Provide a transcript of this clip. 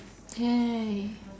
!yay!